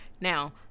Now